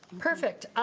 perfect.